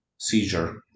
Seizure